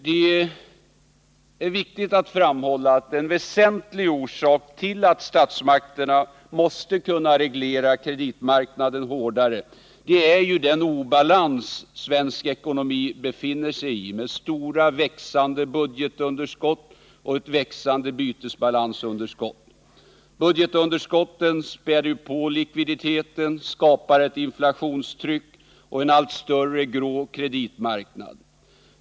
Det är viktigt att framhålla att en väsentlig orsak till att statsmakterna måste kunna reglera kreditmarknaden hårdare är den obalans svensk ekonomi befinner sig i med stora växande budgetunderskott och ett växande bytesbalansunderskott. Budgetunderskottet späder på likviditeten, skapar ett inflationstryck och en allt större grå kreditmarknad.